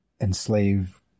enslave